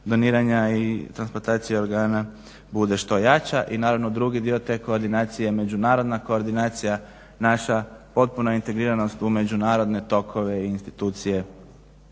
doniranja i transplantacije organa bude što jača. I naravno drugi dio te koordinacije je međunarodna koordinacija naša potpuna integriranost u međunarodne tokove i institucije